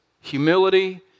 humility